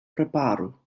preparu